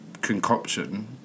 concoction